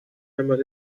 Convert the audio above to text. einmal